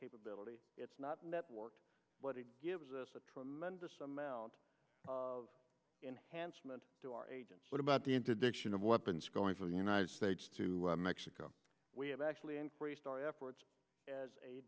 capability it's not networked but it gives us a tremendous amount of enhanced meant to our agents what about the interdiction of weapons going from the united states to mexico we have actually increased our efforts as a